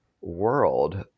world